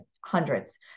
hundreds